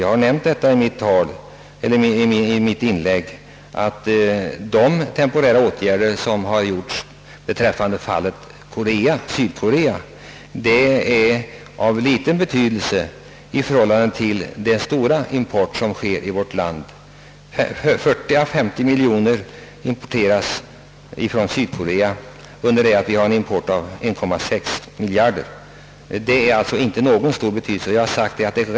Jag har sagt i mitt inlägg, att de temporära åtgärder som vidtagits beträffande Sydkorea är av liten betydelse om man ser till vårt lands samlade import — värdet av denna import från Sydkorea är 40 å 50 miljoner kronor under det att den samlade importen uppgår till 1,6 miljard kronor. Åtgärderna i fallet Sydkorea har alltså inte någon stor betydelse, men det är ett led i rätt riktning.